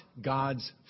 God's